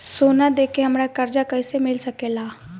सोना दे के हमरा कर्जा कईसे मिल सकेला?